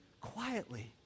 quietly